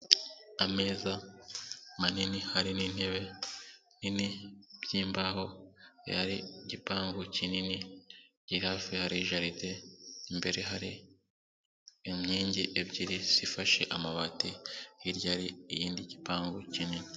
Ameza manini, hari n'intebe nini by'imbaho, hari igipangu kinini, hafi hari jaride, imbere hari inkingi ebyiri, zifashe amabati, hirya hari ikindi gipangu kinini.